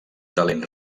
talent